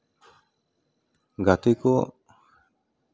ᱜᱟᱛᱮ ᱠᱚ